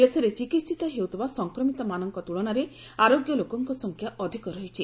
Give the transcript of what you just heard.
ଦେଶରେ ଚିକିହିତ ହେଉଥିବା ସଂକ୍ରମିତମାନଙ୍କ ତୁଳନାରେ ଆରୋଗ୍ୟ ଲୋକଙ୍କ ସଂଖ୍ୟା ଅଧିକ ରହିଛି